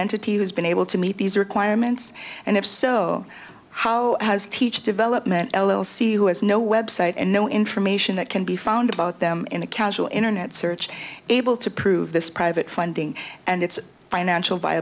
entity has been able to meet these requirements and if so how does teach development l l c who has no website and no information that can be found about them in a casual internet search able to prove this private funding and its financial